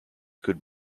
could